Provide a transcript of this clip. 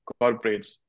corporates